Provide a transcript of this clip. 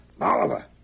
Oliver